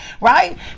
right